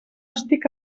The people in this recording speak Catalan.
estic